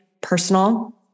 personal